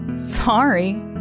Sorry